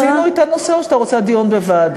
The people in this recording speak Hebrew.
מיצינו את הנושא, או שאתה רוצה דיון בוועדה?